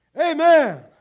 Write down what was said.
Amen